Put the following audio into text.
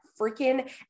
freaking